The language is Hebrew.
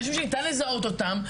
אנשים שניתן לזהות אותם,